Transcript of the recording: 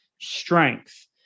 strength